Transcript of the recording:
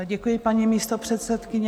Děkuji, paní místopředsedkyně.